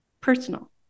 personal